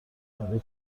برای